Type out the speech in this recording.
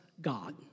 God